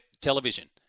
television